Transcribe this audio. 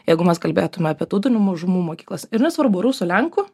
jeigu mes kalbėtume apie tautinių mažumų mokyklas ir nesvarbu rusų lenkų